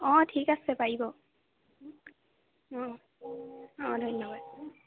অ ঠিক আছে পাৰিব অ ধন্যবাদ